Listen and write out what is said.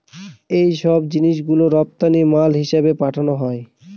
এইসব জিনিস গুলো রপ্তানি মাল হিসেবে পাঠানো হয়